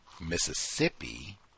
Mississippi